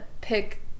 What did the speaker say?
pick